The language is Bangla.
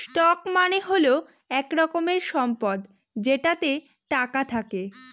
স্টক মানে হল এক রকমের সম্পদ যেটাতে টাকা থাকে